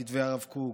כתבי הרב קוק,